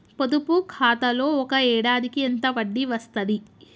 పొదుపు ఖాతాలో ఒక ఏడాదికి ఎంత వడ్డీ వస్తది?